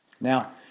Now